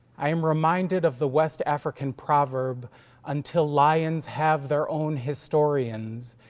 i am reminded of the west african proverb, until lions have their own historians,